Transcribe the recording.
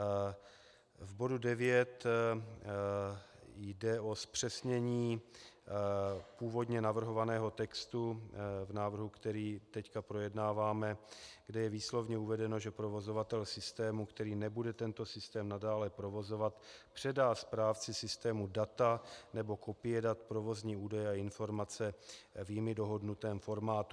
V bodu 9 jde o zpřesnění původně navrhovaného textu v návrhu, který teď projednáváme, kde je výslovně uvedeno, že provozovatel systému, který nebude tento systém nadále provozovat, předá správci systému data nebo kopie dat, provozní údaje a informace v jimi dohodnutém formátu.